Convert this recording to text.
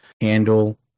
handle